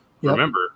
Remember –